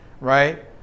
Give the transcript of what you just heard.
right